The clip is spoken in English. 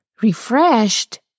refreshed